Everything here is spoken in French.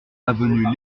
avenue